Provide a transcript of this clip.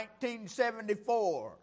1974